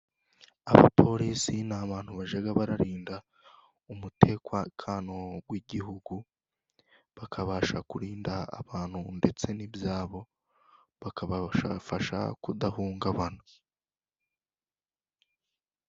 Abapolisi ni abantu bajya barinda umutekano w'igihugu, bakabasha kurinda abantu ndetse n'ibyabo, bakabafasha kudahungabana.